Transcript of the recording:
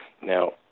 Now